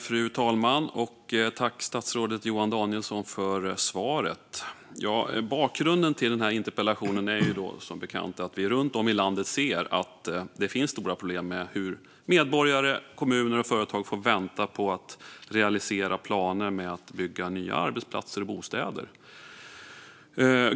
Fru talman! Tack, statsrådet Johan Danielsson, för svaret! Bakgrunden till den här interpellationen är som bekant att vi runt om i landet ser att det finns stora problem med hur medborgare, kommuner och företag får vänta med att realisera planer på att bygga nya arbetsplatser och bostäder.